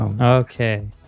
Okay